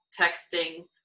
texting